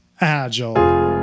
agile